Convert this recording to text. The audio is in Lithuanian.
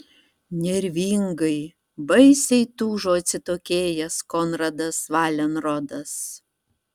nervingai baisiai tūžo atsitokėjęs konradas valenrodas